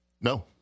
No